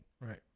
Right